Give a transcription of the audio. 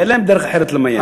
אין להם דרך אחרת למיין.